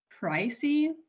pricey